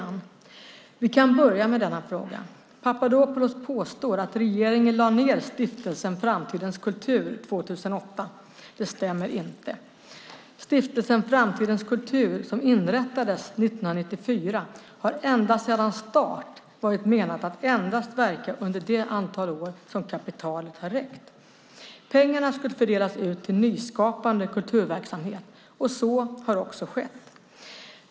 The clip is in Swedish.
Vi kan börja med denna fråga. Papadopoulos påstår att regeringen lade ned Stiftelsen Framtidens kultur 2008. Det stämmer inte. Stiftelsen Framtidens kultur, som inrättades 1994, har ända sedan start varit menad att endast verka under det antal år som dess kapital skulle räcka. Pengarna skulle fördelas ut till nyskapande kulturverksamhet. Så har också skett.